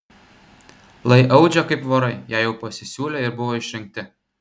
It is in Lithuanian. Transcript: lai audžia kaip vorai jei jau pasisiūlė ir buvo išrinkti